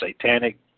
satanic